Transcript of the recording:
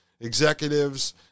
executives